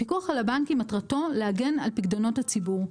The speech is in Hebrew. הפיקוח על הבנקים, מטרתו להגן על פיקדונות הציבור.